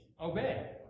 Obey